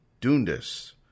Dundas